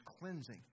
cleansing